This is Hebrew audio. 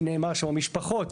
נאמר שם משפחות,